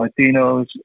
Latinos